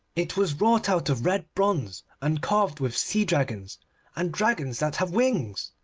it was wrought out of red bronze, and carved with sea-dragons and dragons that have wings.